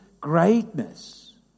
greatness